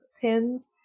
pins